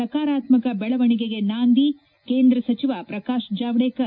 ಸಕಾರಾತ್ಮಕ ಬೆಳವಣೆಗೆಗೆ ನಾಂದಿ ಕೇಂದ್ರ ಸಚಿವ ಪ್ರಕಾಶ್ ಜಾವಡೇಕರ್